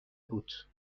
بود